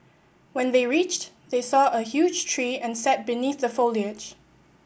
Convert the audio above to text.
when they reached they saw a huge tree and sat beneath the foliage